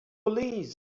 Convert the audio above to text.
police